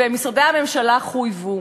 ומשרדי הממשלה חויבו.